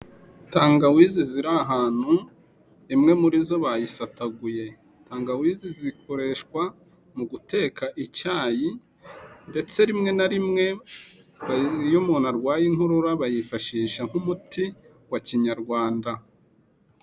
Tangawizi ziri ahantu imwe muri zo bayisataguye, tangawizi zikoreshwa mu guteka icyayi ndetse rimwe na rimwe iyo umuntu arwaye inkorora bayifashisha nk'umuti wa kinyarwanda.